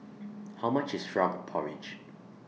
How much IS Frog Porridge